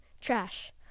trash